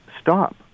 stop